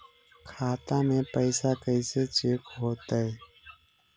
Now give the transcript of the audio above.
खाता में पैसा कैसे चेक हो तै?